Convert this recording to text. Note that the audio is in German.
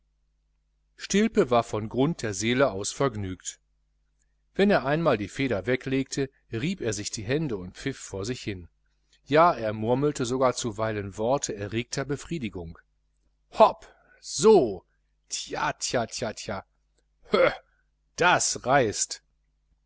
stilpe war von grund der seele aus vergnügt wenn er einmal die feder weglegte rieb er sich die hände und pfiff vor sich hin ja er murmelte sogar zuweilen worte erregter befriedigung hop so tja tja tja tja höh das reißt